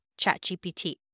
ChatGPT